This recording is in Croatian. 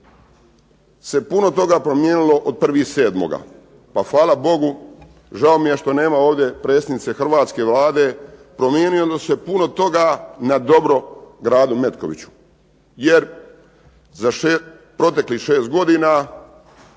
se puno toga promijenilo od 1. 7. Pa fala Bogu, žao mi je što ovdje nema predsjednice hrvatske Vlade, promijenilo se na putno toga u gradu Metkoviću. Jer proteklih 6 godina